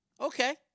Okay